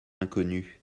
inconnue